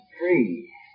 three